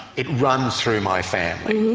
it runs through my family,